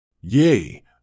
Yea